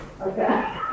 Okay